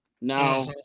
now